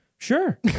Sure